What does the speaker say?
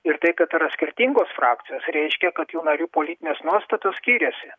ir tai kad yra skirtingos frakcijos reiškia kad jų narių politinės nuostatos skiriasi